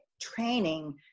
training